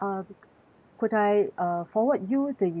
could I uh forward you the